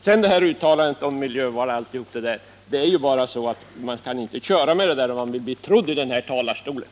Sedan var det uttalandet om miljövård och alltihop det där. Det går inte att köra med det talet och räkna med att bli trodd.